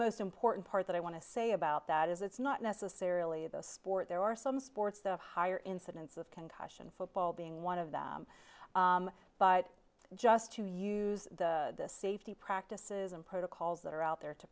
most important part that i want to say about that is it's not necessarily the sport there are some sports the higher incidence of concussion football being one of them but it's just to use the safety practices and protocols that are out there to